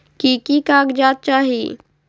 की की कागज़ात चाही?